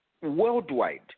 worldwide